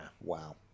Wow